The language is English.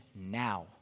now